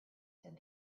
said